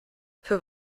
für